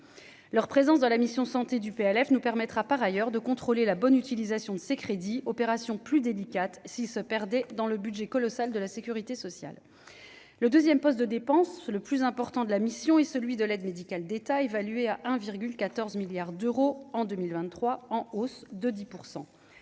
leur présence dans la mission santé du PLF nous permettra par ailleurs de contrôler la bonne utilisation de ces crédits opération plus délicate s'il se perdait dans le budget colossal de la sécurité sociale, le 2ème poste de dépense, le plus important de la mission, et celui de l'aide médicale d'État, évaluée à 1,14 milliards d'euros en 2023, en hausse de 10